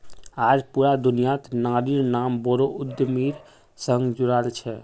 आज पूरा दुनियात नारिर नाम बोरो उद्यमिर संग जुराल छेक